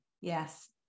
yes